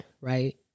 Right